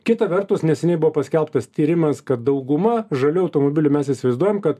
kita vertus neseniai buvo paskelbtas tyrimas kad dauguma žalių automobilių mes įsivaizduojam kad